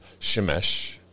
Shemesh